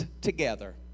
together